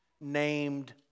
named